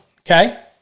okay